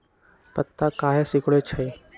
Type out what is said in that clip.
पत्ता काहे सिकुड़े छई?